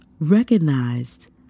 recognized